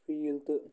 feel تہٕ